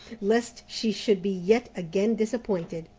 lest she should be yet again disappointed,